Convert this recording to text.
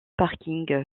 parking